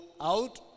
out